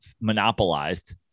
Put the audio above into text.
monopolized